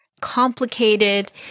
complicated